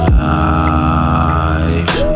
life